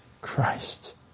Christ